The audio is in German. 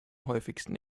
häufigsten